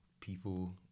people